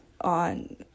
on